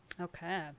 Okay